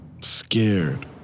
scared